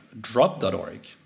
drop.org